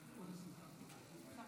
תודה רבה, אדוני היושב-ראש.